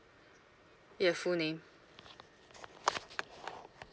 ya full name